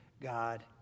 God